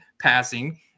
passing